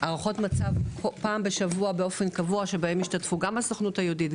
הערכות מצב פעם בשבוע באופן קבוע שבהן השתתפו גם הסוכנות היהודית,